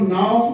now